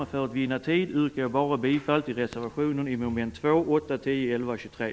Men för att vinna tid yrkar jag bara bifall till reservationen som gäller mom. 2, 8, 10, 11 och 23.